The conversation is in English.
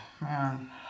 man